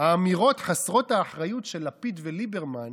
האמירות חסרות האחריות של לפיד וליברמן